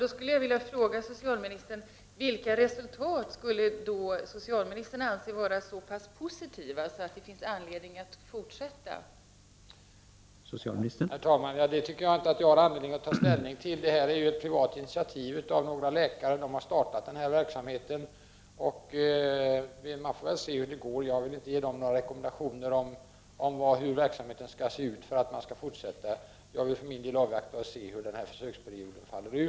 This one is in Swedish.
Då skulle jag vilja ställa följande fråga till socialministern: Vilka resultat skulle socialministern anse vara så pass positiva att det finns anledning att låta denna verksamhet fortsätta?